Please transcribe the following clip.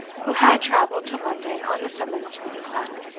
who had traveled to london on a summons from his son,